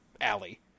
alley